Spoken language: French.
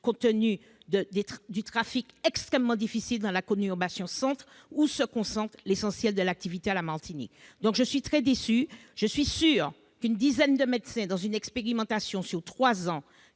compte tenu du trafic extrêmement difficile dans la conurbation centre, où se concentre l'essentiel de l'activité à La Martinique ? Je suis très déçue, parce que je suis sûre qu'une dizaine de médecins auxquels on attribuerait une